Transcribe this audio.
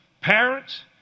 Parents